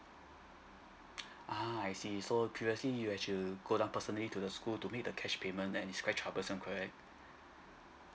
uh I see so previously you actually go down personally to the school to make the cash payment that is quite troublesome correct